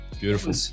Beautiful